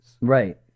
Right